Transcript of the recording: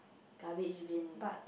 garbage bin